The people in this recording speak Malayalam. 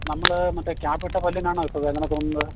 നമ്മൾ മറ്റേ ക്യാപ്പ് ഇട്ട പല്ലിനാണോ ഇപ്പോൾ വേദന തോന്നുന്നത്